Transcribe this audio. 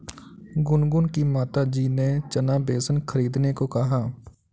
गुनगुन की माताजी ने चना बेसन खरीदने को कहा